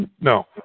No